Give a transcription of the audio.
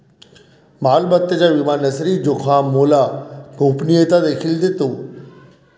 मालमत्तेचा विमा नैसर्गिक जोखामोला गोपनीयता देखील देतो